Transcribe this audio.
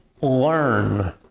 learn